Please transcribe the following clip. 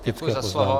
Děkuji za slovo.